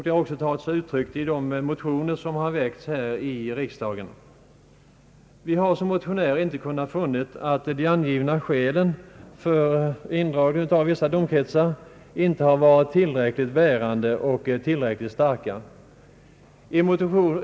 Den har tagit sig uttryck i motioner som har väckts här i riksdagen. Vi motionärer har inte kunnat finna att de angivna skälen för en indragning av vissa domkretsar har varit tillräckligt starka.